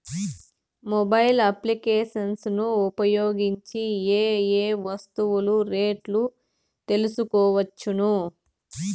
Mobile applications ను ఉపయోగించి ఏ ఏ వస్తువులు రేట్లు తెలుసుకోవచ్చును?